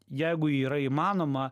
jeigu yra įmanoma